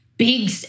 Big